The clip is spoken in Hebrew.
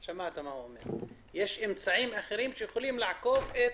יש עוד אמצעים שיכולים לעקוף את